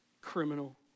criminal